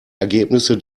ergebnisse